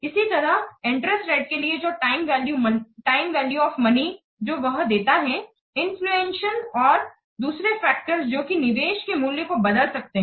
इसी तरह interest rate के लिए जो टाइम वैल्यू ऑफ मनी जो वह देता है इन्फ्लेशन और दूसरे फैक्टर्स जो कि निवेश के मूल्य को बदल सकते हैं